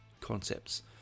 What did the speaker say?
concepts